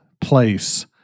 place